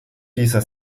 dieser